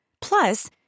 Plus